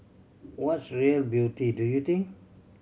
what's real beauty do you think